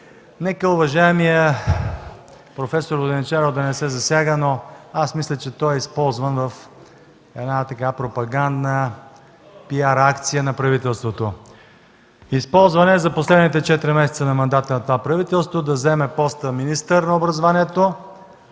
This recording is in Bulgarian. Нека уважаемият проф. Воденичаров да не се засяга, но мисля, че той е използван в пропагандна PR акция на правителството. Използван е – за последните четири месеца от мандата на това правителство да заеме поста „министър на образованието”